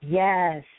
yes